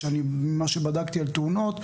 ממה שבדקתי על תאונות,